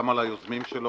גם את היוזמים שלו,